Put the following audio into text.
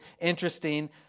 interesting